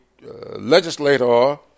legislator